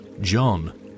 john